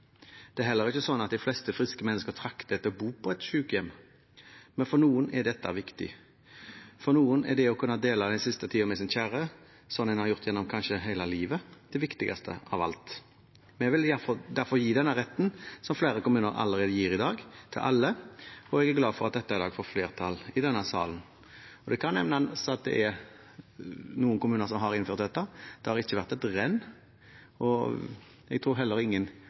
Det er heller ikke sånn at de fleste friske mennesker trakter etter å bo på et sykehjem, men for noen er dette viktig. For noen er det å kunne dele den siste tiden med sin kjære, sånn en har gjort gjennom kanskje hele livet, det viktigste av alt. Vi vil derfor gi denne retten, som flere kommuner allerede gir i dag, til alle, og jeg er glad for at dette i dag får flertall i denne salen. Det kan nevnes at det er noen kommuner som har innført dette. Det har ikke vært et renn, og jeg tror heller ingen